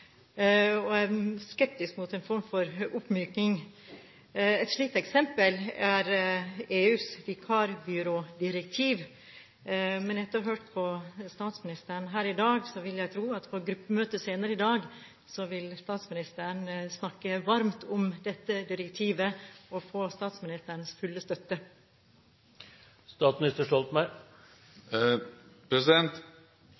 er skeptisk til en form for oppmyking. Et slikt eksempel er EUs vikarbyrådirektiv. Men etter å ha hørt på statsministeren her i dag vil jeg tro at på gruppemøtet senere i dag vil statsministeren snakke varmt om dette direktivet, som vil få statsministerens fulle støtte.